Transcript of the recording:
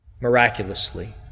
miraculously